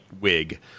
wig